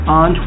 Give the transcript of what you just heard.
on